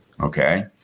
Okay